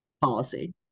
policy